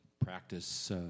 practice